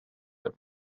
the